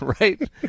right